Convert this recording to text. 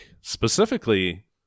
specifically